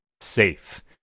safe